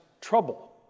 trouble